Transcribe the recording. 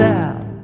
out